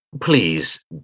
Please